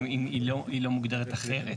היא לא מוגדרת אחרת.